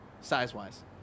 size-wise